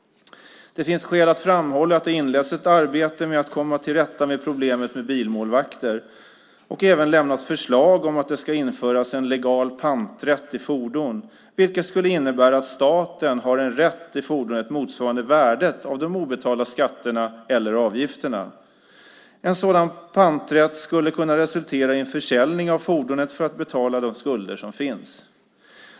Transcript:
Det finns skäl att framhålla att det har inletts ett arbete med att komma till rätta med problemet med bilmålvakter, och det har även lämnats förslag om att det ska införas en legal panträtt i fordon, vilket skulle innebära att staten har en rätt till fordonet motsvarande värdet av de obetalda skatterna eller avgifterna. En sådan panträtt skulle kunna resultera i en försäljning av fordonet för att betala de skulder som finns.